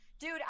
Dude